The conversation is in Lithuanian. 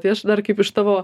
tai aš dar kaip iš tavo